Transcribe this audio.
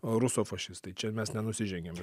rusofašistai čia mes nenusižengiam